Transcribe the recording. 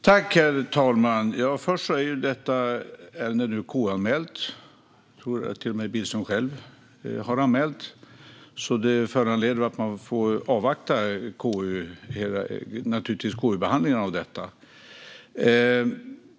Herr talman! Först vill jag säga att detta nu är KU-anmält. Jag tror att det till och med är Billström själv som har anmält. Det föranleder naturligtvis att man nu får avvakta KU-behandlingen av detta.